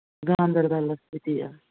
گانٛدربَلَس سۭتی حظ